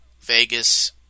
Vegas